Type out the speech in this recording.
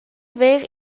ver